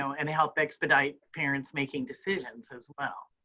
so and it help expedite parents making decisions as well.